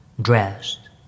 Dressed